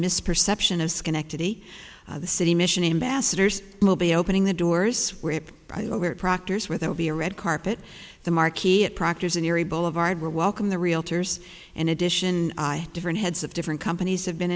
misperception of schenectady the city mission ambassadors will be opening the doors swept over proctors where they will be a red carpet the marquee at proctor's in erie boulevard where welcome the realtors in addition different heads of different companies have been